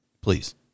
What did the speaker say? Please